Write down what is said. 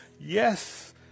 yes